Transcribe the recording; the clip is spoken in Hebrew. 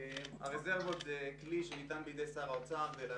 הרזרבות בתקציב המדינה הן חלק מהכלים שניתנו בידי שר האוצר